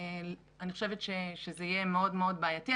אני חושבת שזה יהיה מאוד מאוד בעייתי,